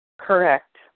Correct